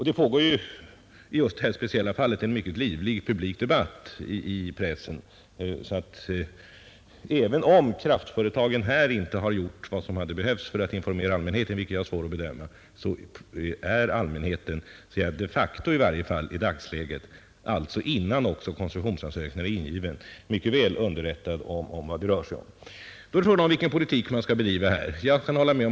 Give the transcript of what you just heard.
Det pågår för övrigt i detta speciella fall en mycket livlig debatt i pressen, så att även om kraftföretagen här inte har gjort vad som behövs för att informera allmänheten — något som jag har svårt att bedöma — är allmänheten de facto i dagsläget, innan koncessionsansökan är ingiven, mycket väl underrättad om vad det gäller. Då är problemet vilken politik man skall bedriva.